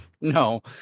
no